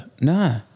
No